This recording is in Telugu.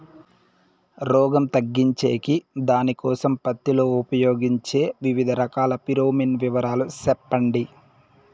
రోగం తగ్గించేకి దానికోసం పత్తి లో ఉపయోగించే వివిధ రకాల ఫిరోమిన్ వివరాలు సెప్పండి